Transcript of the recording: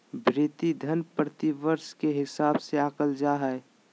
भृति धन प्रतिवर्ष के हिसाब से आँकल जा हइ